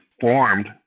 formed